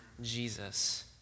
Jesus